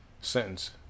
sentence